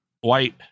white